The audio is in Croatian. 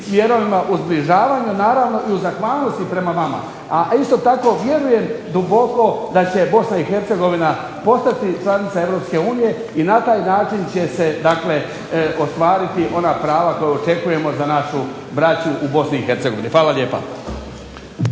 smjerovima u zbližavanju naravno u zahvalnosti prema vama, a isto tako vjerujem duboko da će Bosna i Hercegovina postati članica Europske unije i na taj način će se ostvariti ona prava koja očekujemo za našu braću u BiH. Hvala lijepa.